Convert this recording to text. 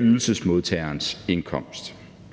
ydelsesmodtagernes indkomst.